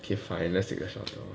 okay fine let's take the shuttle